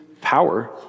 power